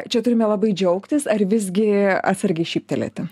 čia turime labai džiaugtis ar visgi atsargiai šyptelėti